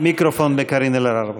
מיקרופון לקארין אלהרר בבקשה.